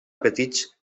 petits